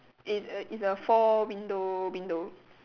it's a it's a four window window